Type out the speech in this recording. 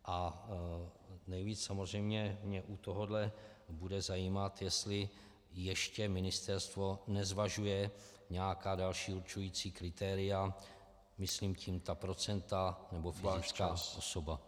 A nejvíc samozřejmě mě u tohohle bude zajímat, jestli ještě ministerstvo nezvažuje nějaká další určující kritéria, myslím tím ta procenta nebo fyzická osoba.